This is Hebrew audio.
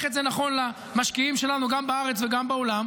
את זה נכון למשקיעים שלנו גם בארץ וגם בעולם,